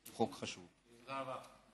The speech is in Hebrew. תודה רבה.